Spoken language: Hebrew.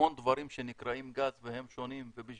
המון דברים שנקראים גז והם שונים ואנחנו